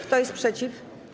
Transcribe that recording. Kto jest przeciw?